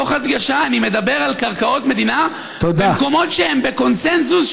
תוך הדגשה: אני מדבר על קרקעות מדינה במקומות שהם בקונסנזוס,